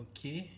Okay